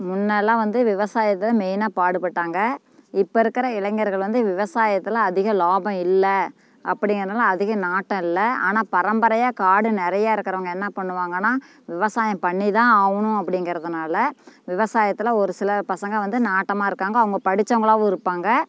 முன்னெல்லாம் வந்து விவசாயத்தை மெயினாக பாடுபட்டாங்க இப்போ இருக்கிற இளைஞர்கள் வந்து விவசாயத்தில் அதிக லாபம் இல்லை அப்படிங்கிறனால அதிக நாட்டம் இல்லை ஆனால் பரம்பரையாக காடு நிறையா இருக்கிறவங்க என்ன பண்ணுவாங்கனால் விவசாயம் பண்ணிதான் ஆகணும் அப்படிங்கிறதுனால் விவசாயத்தில் ஒரு சில பசங்க வந்து நாட்டமாக இருக்காங்க அவங்க படித்தவங்களாவும் இருப்பாங்க